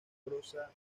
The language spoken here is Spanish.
prosa